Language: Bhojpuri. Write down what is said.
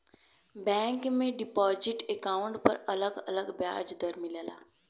बैंक में डिपाजिट अकाउंट पर अलग अलग ब्याज दर मिलला